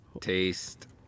taste